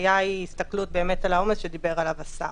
הבעיה היא הסתכלות באמת על העומס שדיבר עליו השר.